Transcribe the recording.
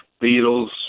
beetles